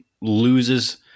loses